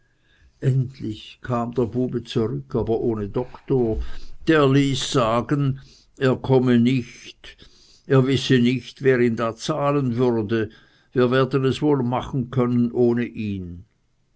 endlich kam der bube zurück aber ohne doktor der ließ sagen er komme nicht er wisse nicht wer ihn da zahlen würde wir werden es wohl machen können ohne ihn